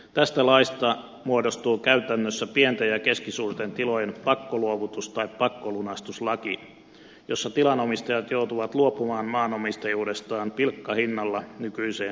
tästä laista muodostuu käytännössä pienten ja keskisuurten tilojen pakkoluovutus tai pakkolunastuslaki jossa tilanomistajat joutuvat luopumaan maanomistajuudestaan pilkkahinnalla nykyiseen hintatasoon nähden